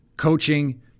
coaching